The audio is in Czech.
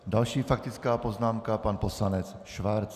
Další faktická poznámka pan poslanec Schwarz.